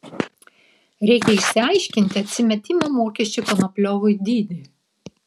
reikia išsiaiškinti atsimetimo mokesčio konopliovui dydį